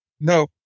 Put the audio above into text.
No